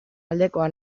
aldekoa